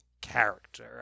character